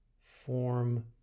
form